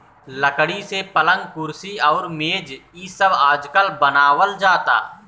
लकड़ी से पलंग, कुर्सी अउरी मेज़ इ सब आजकल बनावल जाता